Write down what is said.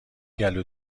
گلو